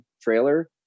trailer